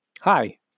Hi